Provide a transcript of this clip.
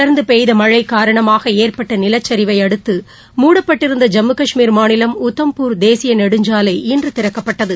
தொடர்ந்தபெய்தமழைஅதன் காரணமாகஏற்ப்பட்ட நிலச்சிவைஅடுத்து மூடப்பட்டிருந்த ஜம்மு கஷ்மீர் மாநிலம் உதம்பூர் தேசியநெடுஞ்சாலை இன்றுதிறக்கப்பட்டது